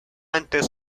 antes